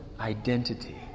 Identity